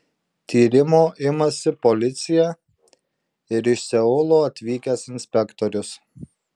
tyrimo imasi policija ir iš seulo atvykęs inspektorius